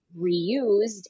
reused